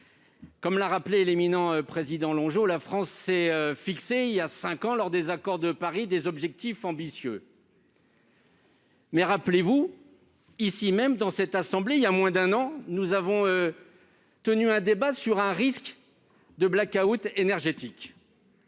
Comme l'a rappelé l'éminent président Longeot, la France s'est fixé, voilà cinq ans, lors des accords de Paris, des objectifs ambitieux. Mais rappelez-vous aussi qu'en début d'année, ici même, nous avons eu un débat sur un risque de blackout énergétique.